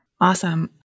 Awesome